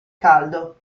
caldo